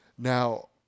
Now